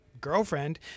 girlfriend